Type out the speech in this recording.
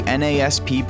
nasp